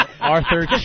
Arthur